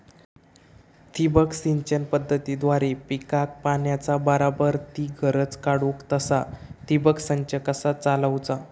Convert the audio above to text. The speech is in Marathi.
ठिबक सिंचन पद्धतीद्वारे पिकाक पाण्याचा बराबर ती गरज काडूक तसा ठिबक संच कसा चालवुचा?